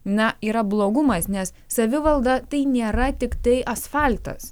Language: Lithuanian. na yra blogumas nes savivalda tai nėra tiktai asfaltas